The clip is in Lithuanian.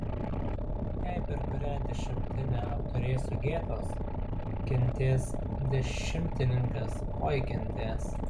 jei per kurią dešimtinę apturėsiu gėdos kentės dešimtininkas oi kentės